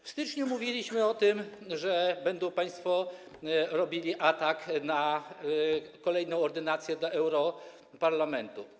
W styczniu mówiliśmy o tym, że będą państwo robili atak na kolejną ordynację, do europarlamentu.